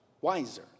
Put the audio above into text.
wiser